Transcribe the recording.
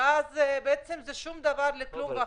ואז זה שום דבר וכלום וחצי,